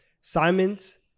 Simon's